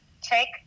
take